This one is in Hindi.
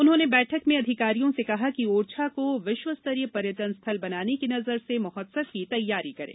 उन्होंने बैठक में अधिकारियों से कहा कि ओरछा को विश्व स्तरीय पर्यटन स्थल बनाने की नजर से महोत्सव की तैयारी करें